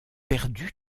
perdu